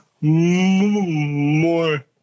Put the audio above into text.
more